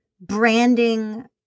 branding